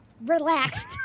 relaxed